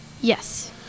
yes